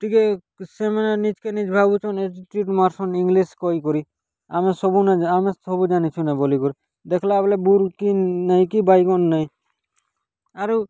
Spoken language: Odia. ଟିକେ ସେମାନେ ନିଜ୍ କେ ନିଜ୍ ଭାବୁଛନ୍ତି ମାରସନ୍ ଇଂଲିଶ୍ କହି କରି ଆମେ ସବୁ ନା ଜା ଆମେ ସବୁ ଜାନିଛୁଁ ନା ବୋଲି କରି ଦେଖିଲା ବେଳେ ବୁଡ଼୍ କି ନାଇ କି ବାଇଗଣ ନାଇ ଆରୁ